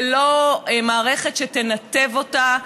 ולא מערכת שתנתב אותה,